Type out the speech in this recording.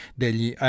degli